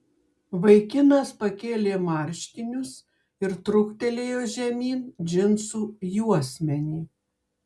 vaikinas pakėlė marškinius ir truktelėjo žemyn džinsų juosmenį